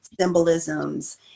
symbolisms